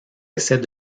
essais